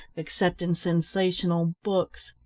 except in sensational books.